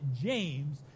James